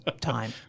time